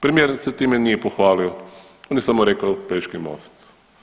Premijer se time nije pohvalio, on je samo rekao Pelješki most.